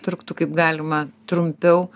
truktų kaip galima trumpiau